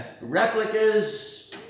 replicas